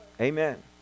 Amen